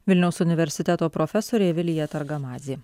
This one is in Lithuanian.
vilniaus universiteto profesorė vilija targamadzė